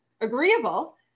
agreeable